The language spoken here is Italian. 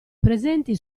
presenti